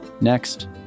Next